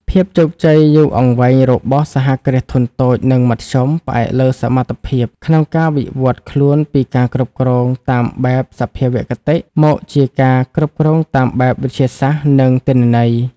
ភាពជោគជ័យយូរអង្វែងរបស់ សហគ្រាសធុនតូច និងមធ្យម ផ្អែកលើសមត្ថភាពក្នុងការវិវត្តន៍ខ្លួនពីការគ្រប់គ្រងតាមបែបសភាវគតិ មកជាការគ្រប់គ្រងតាមបែបវិទ្យាសាស្ត្រ និងទិន្នន័យ។